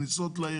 כניסות לעיר.